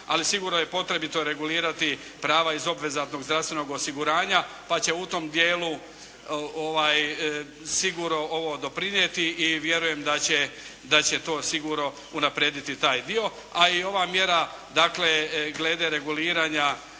Ali sigurno je potrebito regulirati prava iz obvezatnog zdravstvenog osiguranja pa će u tom dijelu sigurno ovo doprinijeti. I vjerujem da će to sigurno unaprijediti taj dio. A i ova mjera glede reguliranja